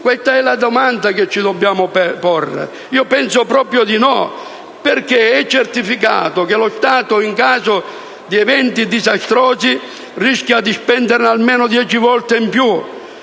Questa è la domanda che ci dobbiamo porre. Io penso proprio di no, perché è certificato che lo Stato, in caso di eventi disastrosi, rischia di spendere almeno dieci volte di più,